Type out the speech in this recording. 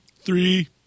Three